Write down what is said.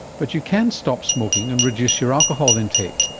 but you can stop smoking and reduce your alcohol intake.